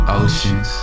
oceans